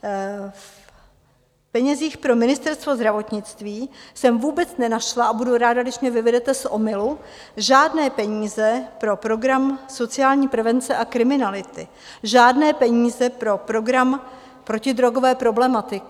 V penězích pro Ministerstvo zdravotnictví jsem vůbec nenašla a budu ráda, když mě vyvedete z omylu žádné peníze pro program sociální prevence a kriminality, žádné peníze pro program protidrogové problematiky.